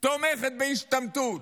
תומכת בהשתמטות.